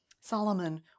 Solomon